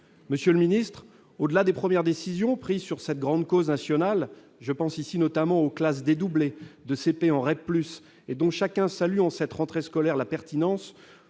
monsieur le Ministre, au-delà des premières décisions prise sur cette grande cause nationale je pense ici notamment aux classes dédoublées de CP en REP plus et dont chacun salue en cette rentrée scolaire, la pertinence,